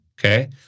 Okay